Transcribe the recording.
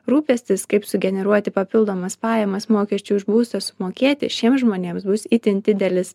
rūpestis kaip sugeneruoti papildomas pajamas mokesčiui už būstą sumokėti šiems žmonėms bus itin didelis